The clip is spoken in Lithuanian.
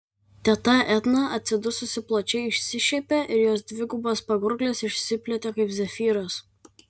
teta edna atsidususi plačiai išsišiepė ir jos dvigubas pagurklis išsiplėtė kaip zefyras